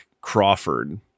Crawford